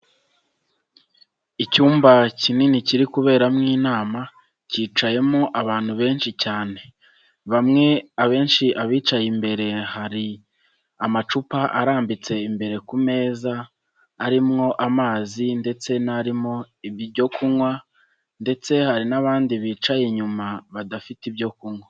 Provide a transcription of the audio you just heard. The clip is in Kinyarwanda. Icyumba kinini kiri kuberamo inama kicayemo abantu benshi cyane bamwe abenshi abicaye imbere hari amacupa arambitse imbere ku meza arimo amazi ndetse n'arimo ibyo kunywa ndetse hari n'abandi bicaye inyuma badafite ibyo kunywa.